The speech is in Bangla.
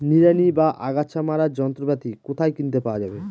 নিড়ানি বা আগাছা মারার যন্ত্রপাতি কোথায় কিনতে পাওয়া যাবে?